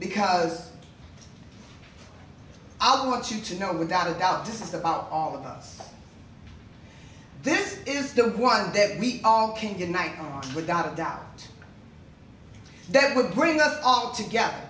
because i want you to know without a doubt this is about all of us this is the one that we can unite without a doubt that would bring us all together